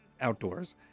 outdoors